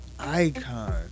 Icon